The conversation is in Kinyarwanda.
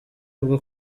bwo